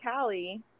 Callie